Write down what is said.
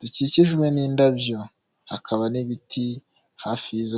dukikijwe n'indabyo hakaba n'ibiti hafi y'izo,